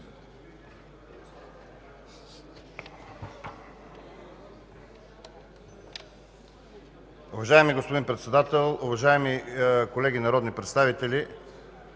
Уважаеми господин Председател, уважаеми колеги народни представители!